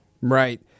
Right